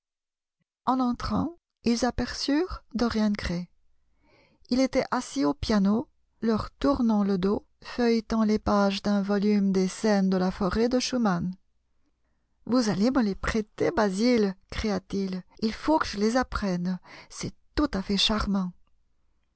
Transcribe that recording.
n entrant ils aperçurent dorian gray il était assis au piano leur tournant le dos feuilletant les pages d'un volume des scènes de la forêt de schumann vous allez me les prêter basil cria-t-il il faut que je les apprenne c'est tout à fait charmant